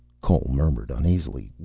cole murmured uneasily.